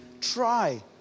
Try